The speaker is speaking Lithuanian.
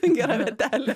gera vietelė